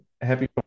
happy